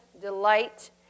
delight